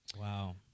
Wow